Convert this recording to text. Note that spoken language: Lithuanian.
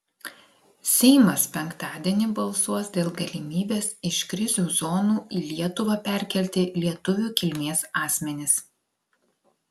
seimas penktadienį balsuos dėl galimybės iš krizių zonų į lietuvą perkelti lietuvių kilmės asmenis